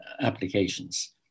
applications